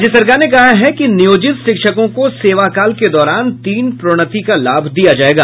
राज्य सरकार ने कहा है कि नियोजित शिक्षकों को सेवाकाल के दौरान तीन प्रोन्नति का लाभ दिया जायेगा